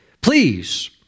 Please